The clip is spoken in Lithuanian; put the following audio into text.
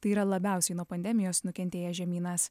tai yra labiausiai nuo pandemijos nukentėjęs žemynas